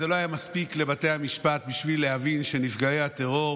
זה לא היה מספיק לבתי המשפט בשביל להבין שנפגעי הטרור